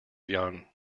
young